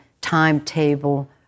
timetable